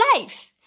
life